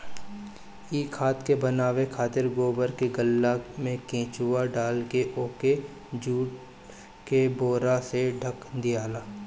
इ खाद के बनावे खातिर गोबर के गल्ला में केचुआ डालके ओके जुट के बोरा से ढक दियाला